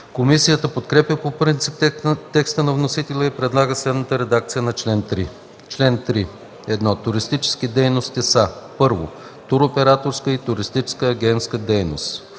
Комисията подкрепя по принцип текста на вносителя и предлага следната редакция на чл. 3: „Чл. 3. (1) Туристически дейности са: 1. туроператорската и туристическата агентска дейност;